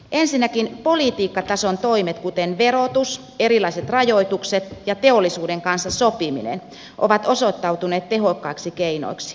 ensinnäkin politiikkatason toimet kuten verotus erilaiset rajoitukset ja teollisuuden kanssa sopiminen ovat osoittautuneet tehokkaiksi keinoiksi